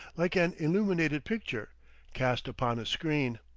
like an illuminated picture cast upon a screen.